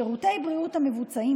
שירותי בריאות המבוצעים